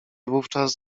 wówczas